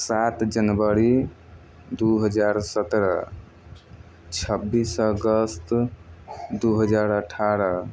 सात जनवरी दू हजार सतरह छब्बीस अगस्त दू हजार अठारह